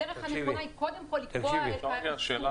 הדרך הנכונה היא קודם כל לקבוע את -- תקשיבי לי גברתי,